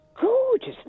gorgeous